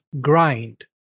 grind